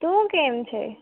તું કેમ છે